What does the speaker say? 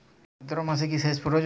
ভাদ্রমাসে কি সেচ প্রয়োজন?